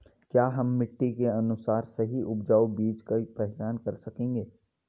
क्या हम मिट्टी के अनुसार सही उपजाऊ बीज की पहचान कर सकेंगे?